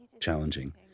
challenging